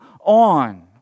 on